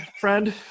friend